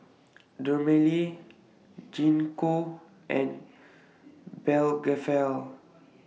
Dermale Gingko and